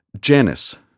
Janice